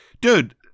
dude